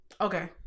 Okay